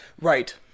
Right